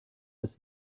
das